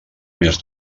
més